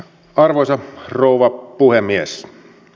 arvoisa rouva puhemies